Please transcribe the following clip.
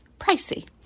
pricey